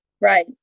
Right